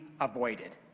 avoided